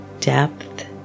depth